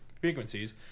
frequencies